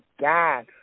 God